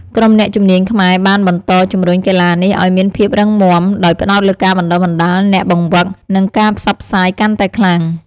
ក្រុមអ្នកជំនាញខ្មែរបានបន្តជំរុញកីឡានេះឲ្យមានភាពរឹងមាំ ដោយផ្ដោតលើការបណ្តុះបណ្តាលអ្នកបង្វឹក និងការផ្សព្វផ្សាយកាន់តែខ្លាំង។